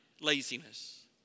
laziness